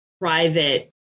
private